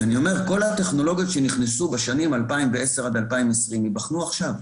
אז אני אומר: כל הטכנולוגיות שנכנסו בשנים 2010 עד 2020 ייבחנו עכשיו.